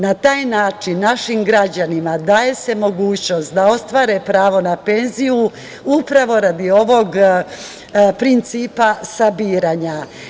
Na taj način našim građanima daje se mogućnost da ostvare pravo na penziju upravo radi ovog principa sabiranja.